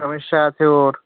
সমইস্যা আছে ওর